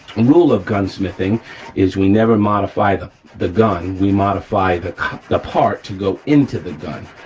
rule of gunsmithing is we never modify the the gun, we modify the the part to go into the gun,